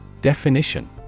Definition